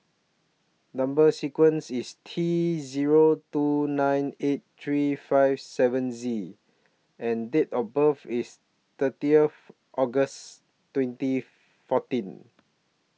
Number sequence IS T Zero two nine eight three five seven Z and Date of birth IS thirtieth August twenty fourteen